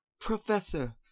Professor